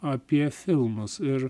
apie filmus ir